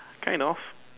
kind of